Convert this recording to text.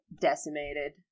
decimated